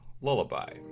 lullaby